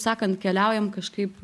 sakant keliaujam kažkaip